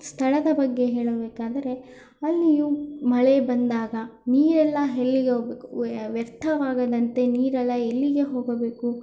ಸ್ಥಳದ ಬಗ್ಗೆ ಹೇಳಬೇಕಾದರೆ ಅಲ್ಲಿಯೂ ಮಳೆ ಬಂದಾಗ ನೀರೆಲ್ಲ ಎಲ್ಲಿಗೆ ಹೋಗ್ಬೇಕು ವ್ಯರ್ಥವಾಗದಂತೆ ನೀರೆಲ್ಲ ಎಲ್ಲಿಗೆ ಹೋಗಬೇಕು